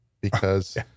because-